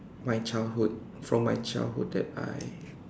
my childhood from my childhood that I